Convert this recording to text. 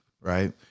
Right